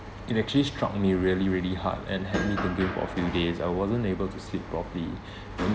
it actually struck me really really hard and had me thinking for a few days I wasn't able to sleep properly then